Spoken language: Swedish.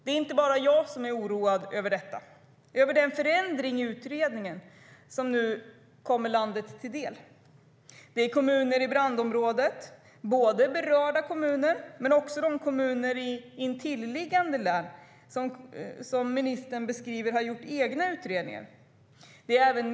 Det är inte bara jag som är oroad över den förändring i utredningen som kommer landet till del. Kommuner i brandområdet, både berörda kommuner och kommuner i intilliggande län, har gjort egna utredningar.